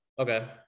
Okay